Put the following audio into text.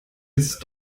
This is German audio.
jetzt